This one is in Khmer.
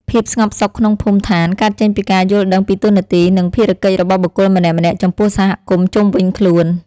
ភាពស្ងប់សុខក្នុងភូមិឋានកើតចេញពីការយល់ដឹងពីតួនាទី និងភារកិច្ចរបស់បុគ្គលម្នាក់ៗចំពោះសហគមន៍ជុំវិញខ្លួន។